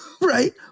Right